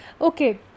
Okay